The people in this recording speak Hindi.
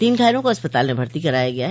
तीन घायलों को अस्पताल में भर्ती कराया गया है